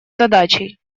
задачей